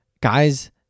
Guys